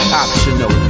optional